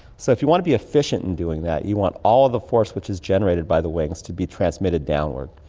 so if you want to be efficient in doing that you want all of the force which is generated by the wings to be transmitted downward.